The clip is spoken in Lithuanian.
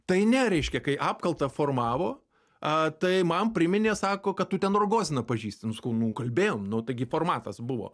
tai ne reiškia kai apkaltą formavo a tai man priminė sako kad tu ten rogoziną pažįsti nu sakau nu kalbėjom nu taigi formatas buvo